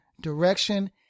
direction